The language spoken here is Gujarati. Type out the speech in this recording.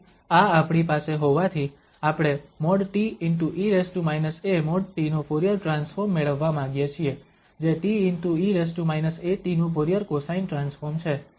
તેથી આ આપણી પાસે હોવાથી આપણે |t|e−a|t| નું ફુરીયર ટ્રાન્સફોર્મ મેળવવા માંગીએ છીએ જે te−at નું ફુરીયર કોસાઇન ટ્રાન્સફોર્મ છે